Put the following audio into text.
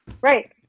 Right